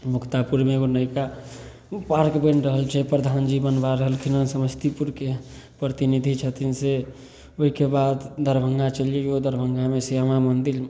मुक्तापुरमे एगो नएका पार्क बनि रहल छै प्रधानजी बनबा रहलखिन हँ समस्तीपुरके प्रतिनिधि छथिन से ओहिके बाद दरभङ्गा चलि जइऔ दरभङ्गामे श्यामा मन्दिर